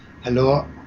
hello